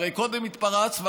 הרי קודם התפרצת,